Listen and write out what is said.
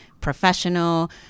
professional